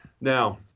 Now